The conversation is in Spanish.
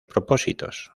propósitos